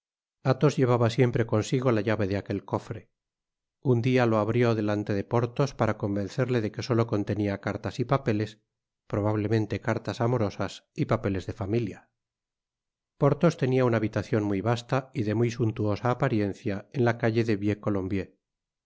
athos llevaba siempre consigo la llave de aquel cofre un dia lo abrió delante de porthos para convencerle dé que solo contenia cartas y papeles probablemente cartas amorosas y papeles de familia content from google book search generated at porthos tenia una habitacion muy vasta y de muy suntuosa apariencia en la calle de